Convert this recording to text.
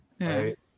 right